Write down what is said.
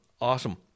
Awesome